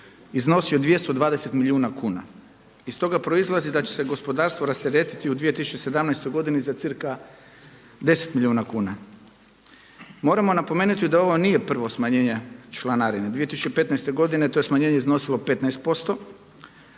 iznosio je 220 milijuna kuna. Iz toga proizlazi da će se gospodarstvo rasteretiti u 2017. godini za cca 10 milijuna kuna. Moramo napomenuti da ovo nije prvo smanjenje članarine. 2015. godine to je smanjenje iznosilo 15